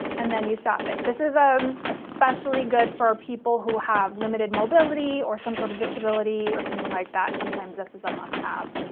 and then you stop it this is a especially good for people who have limited mobility or some sort of disability or something like that sometimes this is a must have.